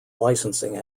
licensing